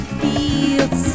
feels